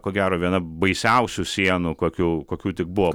ko gero viena baisiausių sienų kokių kokių tik buvo